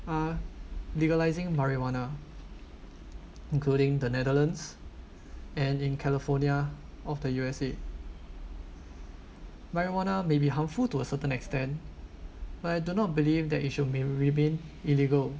uh legalizing marijuana including the netherlands and in california of the U_S_A marijuana may be harmful to a certain extent but I do not believe that it should remain illegal